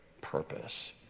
purpose